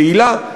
יעילה,